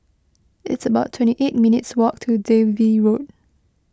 it's about twenty eight minutes' walk to Dalvey Road